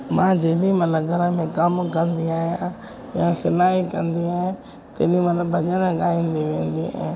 मां जेॾीमहिल घर में कमु कंदी आहियां त सिलाई कंदी आहियां केॾीमहिल भॼन गाईंदी वेंदी आहियां